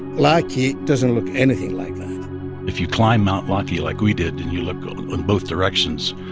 laki doesn't look anything like that if you climb mount laki like we did and you look in both directions,